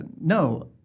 No